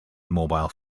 mobile